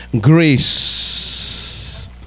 Grace